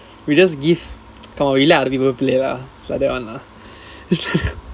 we just give come on we let other people play lah it's like that one lah